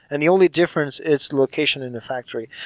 and the only difference is location in the factory.